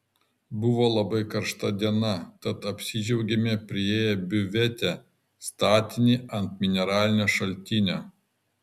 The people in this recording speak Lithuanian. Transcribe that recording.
buvo labai karšta diena tad apsidžiaugėme priėję biuvetę statinį ant mineralinio šaltinio